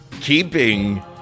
Keeping